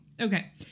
Okay